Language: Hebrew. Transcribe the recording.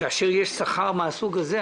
כאשר יש שכר מן הסוג הזה.